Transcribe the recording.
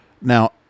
Now